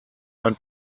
ein